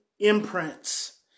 imprints